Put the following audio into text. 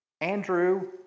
Andrew